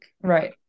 Right